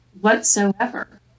whatsoever